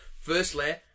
Firstly